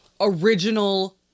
original